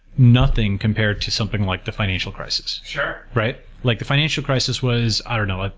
nothing compared to something like the financial crisis sure right? like the financial crisis was i don't know. ah